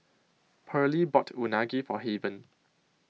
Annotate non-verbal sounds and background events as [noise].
[noise] Pearly bought Unagi For Haven